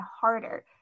harder